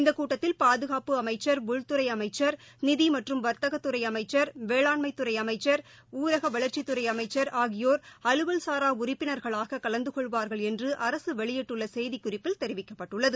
இந்த கூட்டத்தில் பாதுகாப்பு அமைச்சர் உள்துறை அமைச்சர் நிதி மற்றும் வர்த்தக துறை அமைச்சர் வேளாண்மை துறை அமைச்சர் ஊரக வளர்ச்சித்துறை அமைச்சர் ஆகியோர் அலுவல் சாரா உறுப்பினர்களாக கலந்துகொள்வார்கள் என்று அரசு வெளியிட்டுள்ள செய்திக்குறிப்பில் தெரிவிக்கப்பட்டுள்ளது